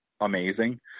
amazing